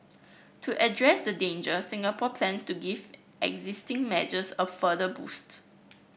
to address the danger Singapore plans to give existing measures a further boost